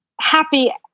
happy